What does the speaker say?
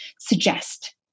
suggest